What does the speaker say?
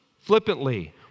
flippantly